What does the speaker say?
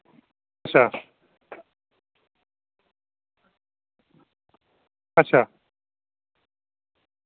अच्छा अच्छा